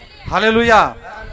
Hallelujah